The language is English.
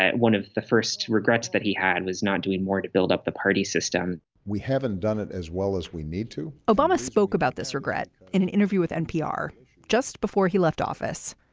one of the first regrets that he had was not doing more to build up the party system we haven't done it as well as we need to obama spoke about this regret in an interview with npr just before he left office.